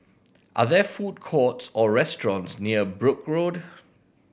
are there food courts or restaurants near Brooke Road